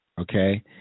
Okay